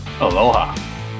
Aloha